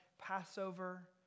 Passover